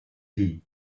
tea